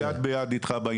אני יד ביד איתך בעניין.